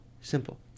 simple